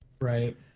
Right